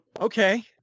Okay